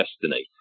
destiny